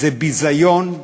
זה ביזיון,